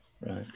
Right